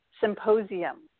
symposium